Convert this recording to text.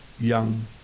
young